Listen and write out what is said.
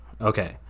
Okay